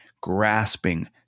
grasping